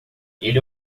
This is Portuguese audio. ele